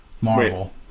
marvel